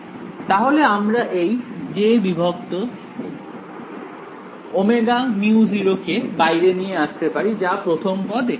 তাহলে আমরা এই jωμ0 কে বাইরে নিয়ে আসতে পারি যা প্রথম পদ এখানে